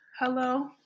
Hello